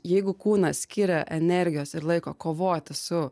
jeigu kūnas skiria energijos ir laiko kovoti su